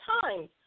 time